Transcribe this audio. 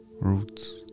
roots